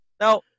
Now